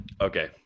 Okay